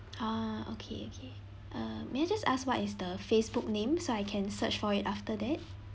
ah okay okay err may I just ask what is the facebook name so I can search for it after that